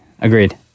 agreed